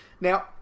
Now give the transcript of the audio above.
Now